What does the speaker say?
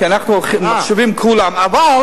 כי אנחנו ממחשבים את כולם,